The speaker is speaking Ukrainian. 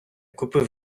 купив